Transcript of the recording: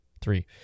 three